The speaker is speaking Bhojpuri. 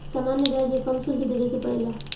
सामान्य ब्याज में कम शुल्क देबे के पड़ेला